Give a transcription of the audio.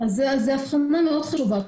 זו סוגיה מאוד חשובה.